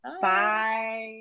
bye